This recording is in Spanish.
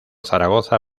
zaragoza